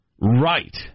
Right